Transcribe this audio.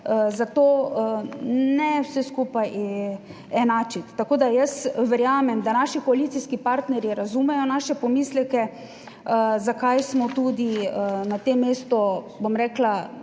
zato ne vse skupaj enačiti. Tako, da jaz verjamem, da naši koalicijski partnerji razumejo naše pomisleke, zakaj smo tudi na tem mestu, bom rekla,